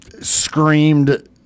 screamed